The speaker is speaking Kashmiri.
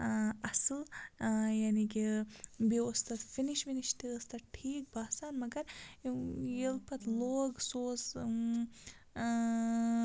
اَصٕل یعنی کہِ بیٚیہِ اوس تَتھ فِنِش وِنِش تہِ ٲس تَتھ ٹھیٖک باسان مگر ییٚلہِ پَتہٕ لوگ سُہ اوس